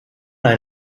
ein